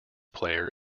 player